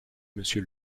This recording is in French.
monsieur